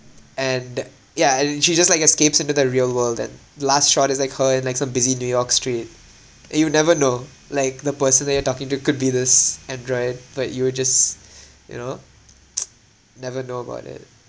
and yeah uh she just like escapes into the real world and the last shot is like her in like some busy new york street and you never know like the person that you are talking to could be this android but you will just you know never know about it